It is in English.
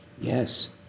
Yes